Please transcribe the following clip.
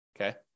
okay